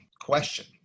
question